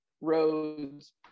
roads